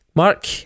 Mark